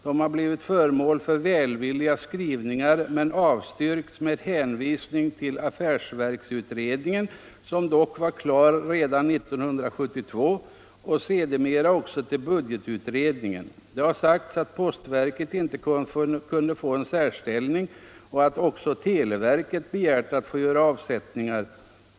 De har blivit föremål för välvilliga skrivningar men avstyrkts med hänvisning till affärsverksutredningen, som dock var klar 1972, och sedermera också till budgetutredningen. Det har sagts att postverket inte kunde få en särställning och att även televerket begärt att få göra avsättningar.